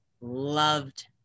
loved